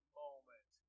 moment